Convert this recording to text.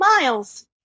miles